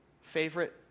favorite